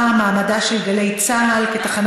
בנושא: בניית תוכנית אב לאומית בתחום הזקנה